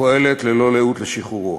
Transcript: ופועלת ללא לאות לשחרורו.